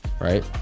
right